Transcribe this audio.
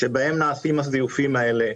שבהן נעשים הזיופים האלה.